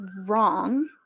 wrong